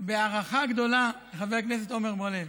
בהערכה גדולה לחבר כנסת עמר בר-לב.